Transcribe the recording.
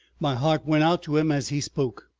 my heart went out to him as he spoke.